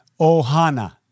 ohana